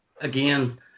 Again